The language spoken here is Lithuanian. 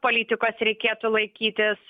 politikos reikėtų laikytis